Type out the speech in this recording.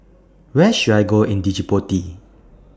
Where should I Go in Djibouti